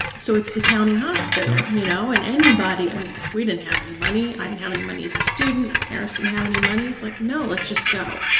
so, it's the county hospital, you know, and anybody i mean, we didn't have any money. i didn't have any money as a student. my parents didn't and have any money. it's like, no, let's just go.